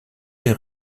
les